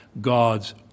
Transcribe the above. God's